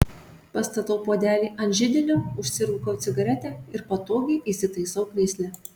pastatau puodelį ant židinio užsirūkau cigaretę ir patogiai įsitaisau krėsle